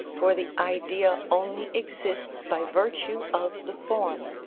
for the idea only exists by virtue of the form.